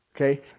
Okay